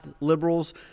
liberals